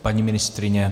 Paní ministryně?